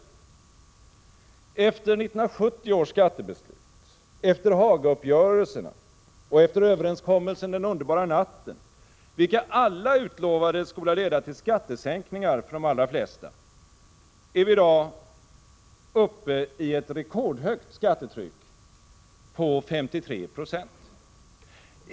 Efter 1970 års skattebeslut, efter Hagauppgörelserna och efter överenskommelsen den underbara natten, vilka alla utlovades skola leda till skattesänkningar för de allra flesta, är vi i dag uppe i ett rekordhögt skattetryck på 53 26.